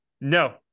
no